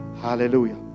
Hallelujah